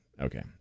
Okay